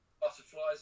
butterflies